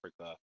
Africa